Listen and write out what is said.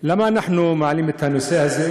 למה אנחנו מעלים את הנושא הזה?